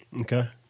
Okay